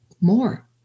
more